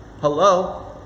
hello